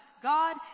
God